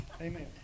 Amen